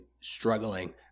struggling